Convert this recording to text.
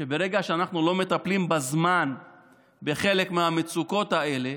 שברגע שאנחנו לא מטפלים בזמן בחלק מהמצוקות האלה,